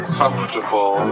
comfortable